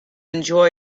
enjoy